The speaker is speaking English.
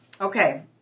Okay